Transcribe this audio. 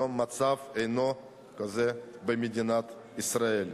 היום המצב אינו כזה במדינת ישראל.